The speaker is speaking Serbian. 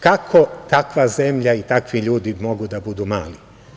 Kako takva zemlja i takvi ljudi mogu da budu mali?